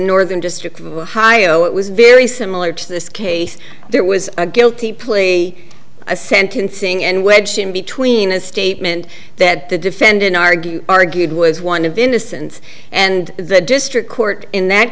northern district of ohio it was very similar to this case there was a guilty plea a sentencing and wedged in between a statement that the defendant argued argued was one of innocence and the district court in that